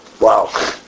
wow